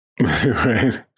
Right